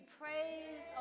praise